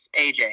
AJ